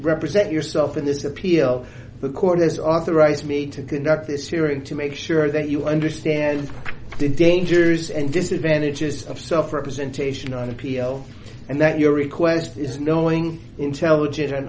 represent yourself in this appeal the court has authorized me to conduct this hearing to make sure that you understand the dangers and disadvantages of self representation on appeal and that your request is knowing intelligent